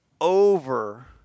over